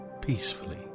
peacefully